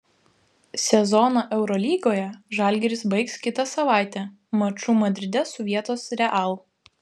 sezoną eurolygoje žalgiris baigs kitą savaitę maču madride su vietos real